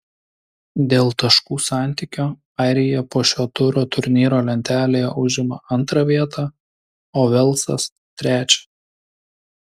dėl taškų santykio airija po šio turo turnyro lentelėje užima antrą vietą o velsas trečią